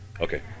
Okay